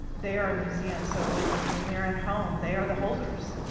they are a museum, so when when they're at home, they are the holders.